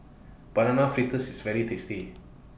Banana Fritters IS very tasty